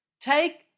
Take